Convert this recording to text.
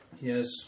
Yes